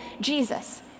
Jesus